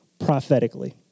prophetically